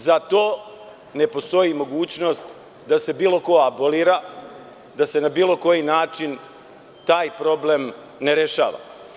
Za to ne postoji mogućnost da se bilo ko abolira, da se na bilo koji način taj problem ne rešava.